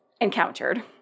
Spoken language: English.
encountered